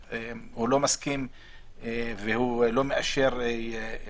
שהוא לא מסכים והוא לא מאשר המשך של תקנות שעת חירום.